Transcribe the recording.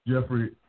Jeffrey